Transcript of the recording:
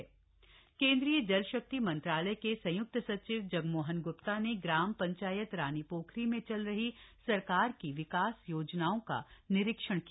केंद्रीय संयक्त सचिव केंद्रीय जल शक्ति मंत्रालय के संयुक्त सचिव जगमोहन गुप्ता ने ग्राम पंचायत रानी पोखरी में चल रही सरकार की विकास योजनाओं का निरीक्षण किया